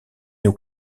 néo